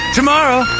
tomorrow